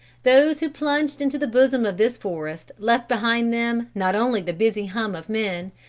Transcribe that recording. those who plunged into the bosom of this forest left behind them not only the busy hum of men,